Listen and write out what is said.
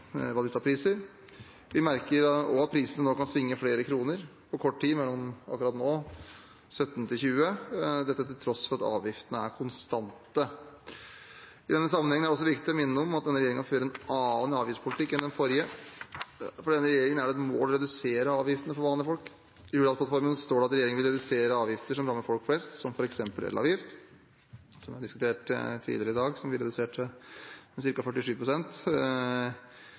at prisene nå kan svinge flere kroner på kort tid, akkurat nå mellom 17 og 20 kr, dette til tross for at avgiftene er konstante. I denne sammenheng er det også viktig å minne om at denne regjeringen fører en annen avgiftspolitikk enn den forrige. For denne regjeringen er det et mål å redusere avgiftene for vanlige folk. I Hurdalsplattformen står det at regjeringen vil «redusere avgifter som rammer folk flest, som for eksempel elavgift» – som vi har diskutert tidligere i dag, som vi reduserte med